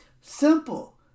Simple